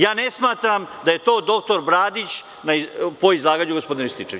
Ja ne smatram da je to doktor Bradić, po izlaganju gospodina Rističevića.